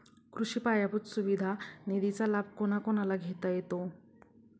कृषी पायाभूत सुविधा निधीचा लाभ कोणाकोणाला घेता येतो?